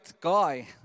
guy